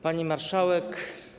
Pani Marszałek!